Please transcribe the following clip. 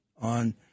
on